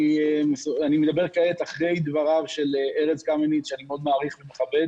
אני מדבר אחרי דבריו של ארז קמיניץ שאני מאוד מעריך ומכבד